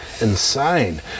insane